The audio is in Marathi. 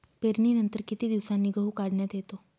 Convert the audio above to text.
पेरणीनंतर किती दिवसांनी गहू काढण्यात येतो?